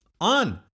on